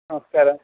നമസ്കാരം